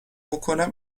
بکنم